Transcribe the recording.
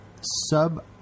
sub